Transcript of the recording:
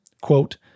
quote